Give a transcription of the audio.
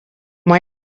why